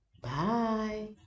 Bye